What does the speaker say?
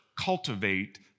cultivate